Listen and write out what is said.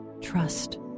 trust